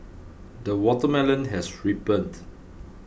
the watermelon has ripened